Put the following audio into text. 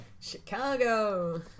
Chicago